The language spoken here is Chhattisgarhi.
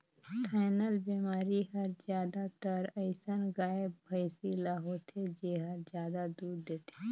थनैल बेमारी हर जादातर अइसन गाय, भइसी ल होथे जेहर जादा दूद देथे